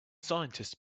scientists